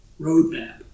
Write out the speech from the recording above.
roadmap